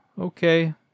Okay